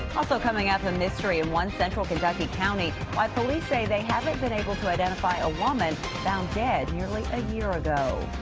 also coming up. a mystery in one central kentucky county. why police say they haven't been able to identify a woman. found dead nearly a year ago.